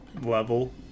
level